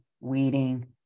weeding